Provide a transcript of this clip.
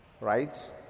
right